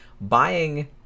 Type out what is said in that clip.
buying